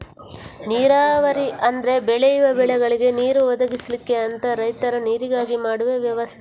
ನೀರಾವರಿ ಅಂದ್ರೆ ಬೆಳೆಯುವ ಬೆಳೆಗಳಿಗೆ ನೀರು ಒದಗಿಸ್ಲಿಕ್ಕೆ ಅಂತ ರೈತರು ನೀರಿಗಾಗಿ ಮಾಡುವ ವ್ಯವಸ್ಥೆ